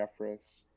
Jeffress